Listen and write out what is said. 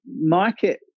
market